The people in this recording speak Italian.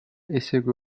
esegue